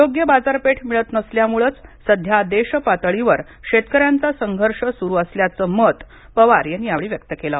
योग्य बाजारपेठ मिळत नसल्यामुळेच सध्या देशपातळीवर शेतकऱ्यांचा संघर्ष सुरू असल्याचं मत पवार यांनी व्यक्त केलं